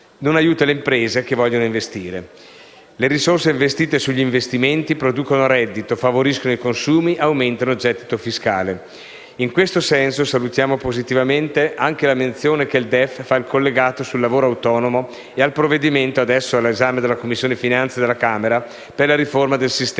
non aiuta le imprese che vogliono investire. Le risorse impiegate sugli investimenti producono reddito, favoriscono i consumi e aumentano il gettito fiscale. In questo senso, salutiamo positivamente anche la menzione che il DEF fa al collegato sul lavoro autonomo e al provvedimento, adesso all'esame della Commissione finanze della Camera, per la riforma del sistema